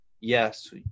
yes